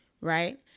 right